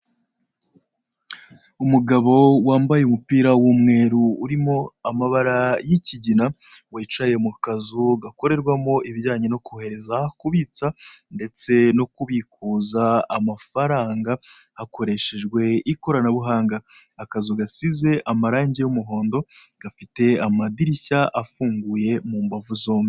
Umugabo wambaye umupira w'umweru urimo amabara y'ikigina, wicaye mu kazu gakorerwamo ibijyanye no kohereza, kubitsa, ndetse no kubikuza amafaranga hakoreshejwe ikoranabuhanga. Akazu gasize amarangi y'umuhondo gafite amadirishya afunguye mu mbavu zombi.